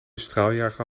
straaljager